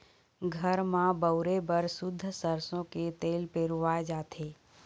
घर म बउरे बर सुद्ध सरसो के तेल पेरवाए जाथे